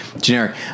generic